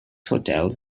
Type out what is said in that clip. hotels